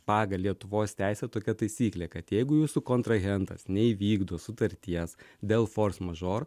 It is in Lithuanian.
pagal lietuvos teisę tokia taisyklė kad jeigu jūsų kontrahentas neįvykdo sutarties dėl fors mažor